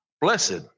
Blessed